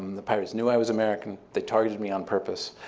the pirates knew i was american, they targeted me on purpose,